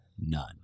none